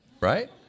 right